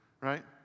Right